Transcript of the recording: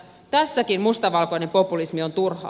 tässäkin mustavalkoinen populismi on turhaa